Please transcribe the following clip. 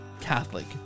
Catholic